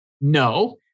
no